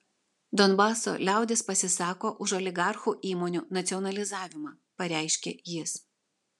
donbaso liaudis pasisako už oligarchų įmonių nacionalizavimą pareiškė jis